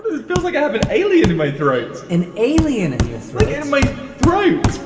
feels like i have an alien in my throat. an alien and yes, like yeah my throat